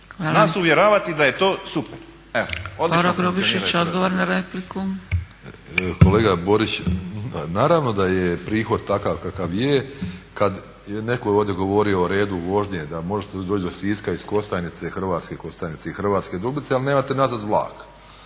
**Grubišić, Boro (HDSSB)** Kolega Borić, naravno da je prihod takav kakav je kada netko je ovdje govorio o redu vožnje da možete doći iz Siska iz Hrvatske Kostajnice i Hrvatske Dubice ali nemate nazad vlak,